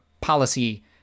policy